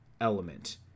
element